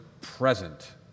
present